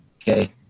Okay